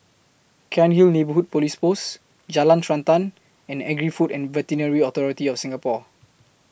Cairnhill Neighbourhood Police Post Jalan Srantan and Agri Food and Veterinary Authority of Singapore